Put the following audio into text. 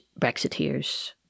Brexiteers